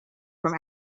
from